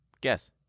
Guess